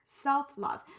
self-love